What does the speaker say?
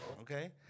okay